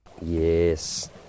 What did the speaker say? Yes